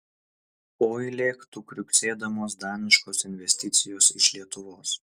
oi lėktų kriuksėdamos daniškos investicijos iš lietuvos